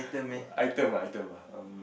item ah item ah um